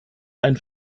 ein